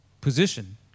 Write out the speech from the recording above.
position